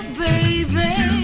baby